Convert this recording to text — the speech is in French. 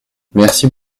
merci